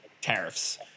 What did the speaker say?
tariffs